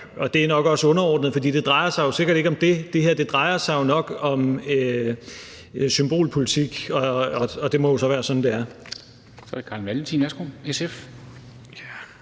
det er nok også underordnet, for det drejer sig jo sikkert ikke om det. Det her drejer sig nok om symbolpolitik, og det må jo så være sådan, det er.